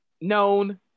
known